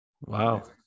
Wow